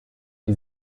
die